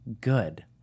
good